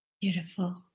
Beautiful